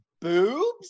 boobs